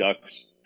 ducks